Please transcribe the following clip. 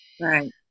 right